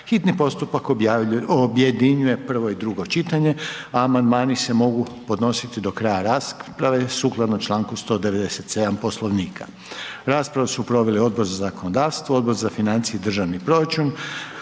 hitni postupak objedinjuje prvo i drugo čitanje, a amandmani se mogu podnositi do kraja rasprave, sukladno članku 197. Poslovnika. Raspravu su proveli Odbor za zakonodavstvo, Odbor za financije i državni proračun,